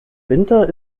winter